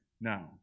Now